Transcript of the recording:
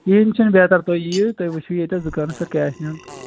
یِم چھِنہٕ ویدَر تُہۍ یِیِو تُہۍ وٕچھِو ییٚتٮ۪س دُکانَس پٮ۪ٹھ کیٛاہ آسہِ نیُن تہٕ